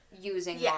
using